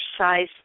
exercise